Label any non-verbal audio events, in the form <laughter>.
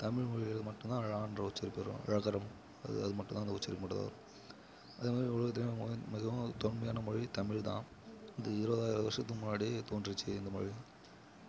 தமிழ்மொழியில் மட்டும்தான் ழ என்ற உச்சரிப்பு வரும் ழகரம் அது அதுமட்டும்தான் அந்த உச்சரிப்பு மட்டும்தான் வரும் அதேமேரி உலகத்திலேயே <unintelligible> மிகவும் தொன்மையான மொழி தமிழ் தான் இது இருபதாயிரம் வருஷத்துக்கு முன்னாடி தோன்றிச்சு இந்த மொழி